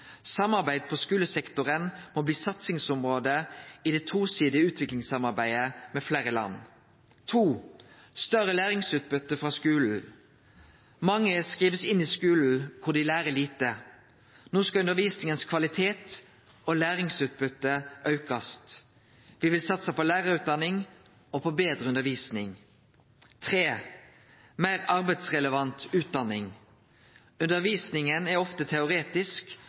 Samarbeid på skulesektoren må bli satsingsområde i det tosidige utviklingssamarbeidet med fleire land. 2. Større læringsutbytte frå skulen. Mange blir skrivne inn i skulen, der dei lærer lite. No skal kvaliteten på undervisninga og læringsutbyttet aukast. Me vil satse på lærarutdanning og på betre undervisning. 3. Meir arbeidsrelevant utdanning. Undervisninga er ofte teoretisk